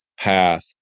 path